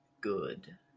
good